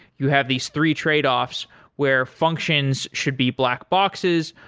you have these three tradeoffs where functions should be black boxes.